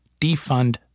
Defund